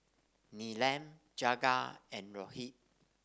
Neelam Jagat and Rohit